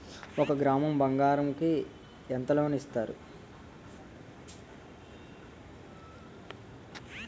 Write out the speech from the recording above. ఒక గ్రాము బంగారం కి ఎంత లోన్ ఇస్తారు?